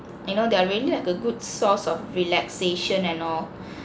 you know they are really like a good source of relaxation and all